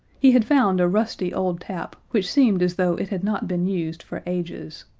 he had found a rusty old tap, which seemed as though it had not been used for ages.